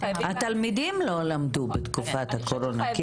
התלמידים לא למדו בתקופת הקורונה,